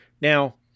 Now